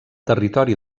territori